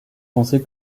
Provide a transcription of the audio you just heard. penser